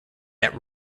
that